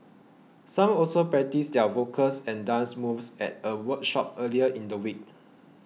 some also practised their vocals and dance moves at a workshop earlier in the week